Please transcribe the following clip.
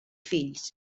fills